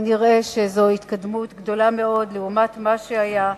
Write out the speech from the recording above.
אבל נראה שזו התקדמות גדולה מאוד לעומת מה שהיה.